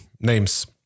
names